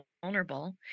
vulnerable